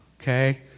Okay